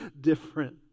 different